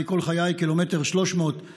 וחי כל חיי 1.3 קילומטר מהגבול.